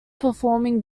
performing